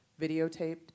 videotaped